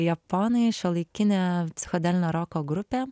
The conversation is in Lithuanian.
japonai šiuolaikinė psichodelinio roko grupė